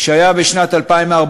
שהיה בשנת 2014,